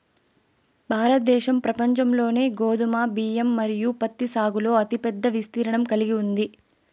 భారతదేశం ప్రపంచంలోనే గోధుమ, బియ్యం మరియు పత్తి సాగులో అతిపెద్ద విస్తీర్ణం కలిగి ఉంది